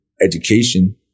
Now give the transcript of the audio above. education